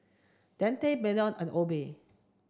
Dante Peyton and Obe